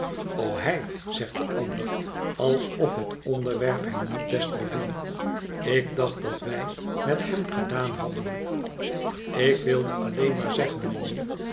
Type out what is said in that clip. o hij zegt de ander alsof het onderwerp hem niet best beviel ik dacht dat wij met hem gedaan hadden ik wilde alleen maar zeggen mijnheer